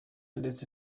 ndetse